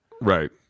Right